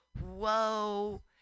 whoa